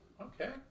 okay